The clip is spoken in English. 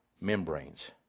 membranes